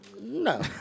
No